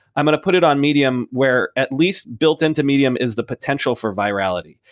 i'm going to put it on medium where at least built into medium is the potential for virality.